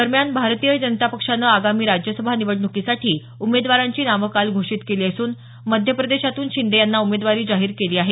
दरम्यान भारतीय जनता पक्षानं आगामी राज्यसभा निवडणुकीसाठी उमेदवारांची नावं काल घोषित केली असून मध्यप्रदेशातून शिंदे यांना उमेदवारी जाहीर केली आहे